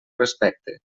respecte